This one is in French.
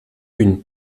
une